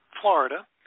Florida